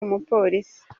umupolisi